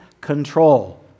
control